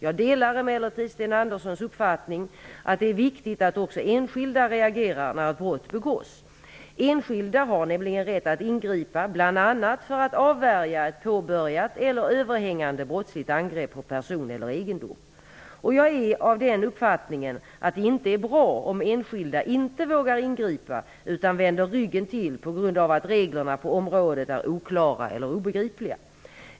Jag delar emellertid Sten Anderssons uppfattning att det är viktigt att också enskilda reagerar när ett brott begås. Enskilda har nämligen rätt att ingripa bl.a. för att avvärja ett påbörjat eller överhängande brottsligt angrepp på person eller egendom. Och jag är av den uppfattningen att det inte är bra om enskilda inte vågar ingripa utan vänder ryggen till på grund av att reglerna på området är oklara eller obegripliga.